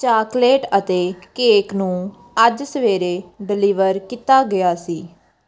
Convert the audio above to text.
chocolate ਅਤੇ cake ਨੂੰ ਅੱਜ ਸਵੇਰੇ ਡਿਲੀਵਰ ਕੀਤਾ ਗਿਆ ਸੀ